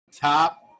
top